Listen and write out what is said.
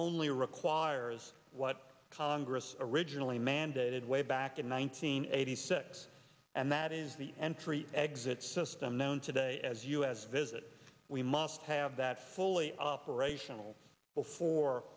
only requires what congress originally mandated way back in nineteen eighty six and that is the entry exit system known today as u s visit we must have that fully operational before